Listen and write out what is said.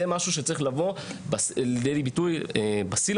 זה דבר שצריך לבוא לידי ביטוי בסילבוסים,